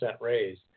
raise